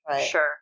sure